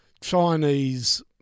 Chinese